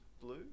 blue